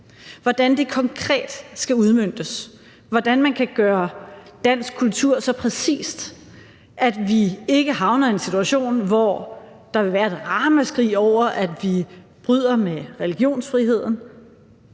Hvordan det konkret skal udmøntes, og hvordan man kan gøre dansk kultur så præcist, at vi ikke havner i en situation, hvor der vil være et ramaskrig over, at vi bryder med religionsfriheden,